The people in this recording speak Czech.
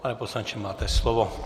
Pane poslanče, máte slovo.